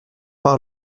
par